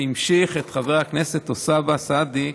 שהמשיך את חבר הכנסת אוסאמה סעדי,